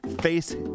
face